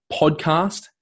podcast